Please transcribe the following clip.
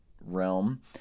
realm